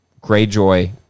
Greyjoy